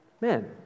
men